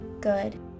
good